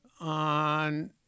on